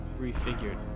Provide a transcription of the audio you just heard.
refigured